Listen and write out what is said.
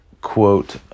quote